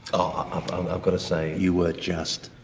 um um i've got to say you were just.